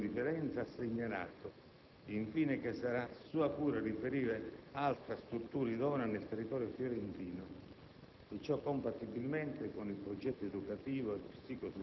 Il servizio sociale del Comune di Firenze ha segnalato infine che sarà sua cura reperire altra struttura idonea nel territorio fiorentino,